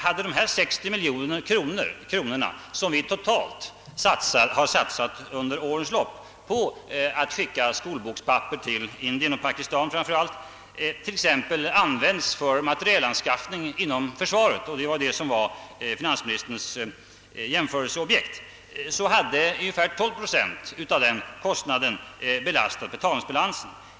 Hade dessa 60 miljoner kronor, som vi totalt har satsat under årens lopp på skolbokspapper till framför allt Indien och Pakistan, använts för t.ex. materielanskaffning inom försvaret — det var finansministerns jämförelseobjekt — hade ungefär 12 procent av den kostnaden belastat betalningsbalansen.